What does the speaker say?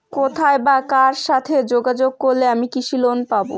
কোথায় বা কার সাথে যোগাযোগ করলে আমি কৃষি লোন পাব?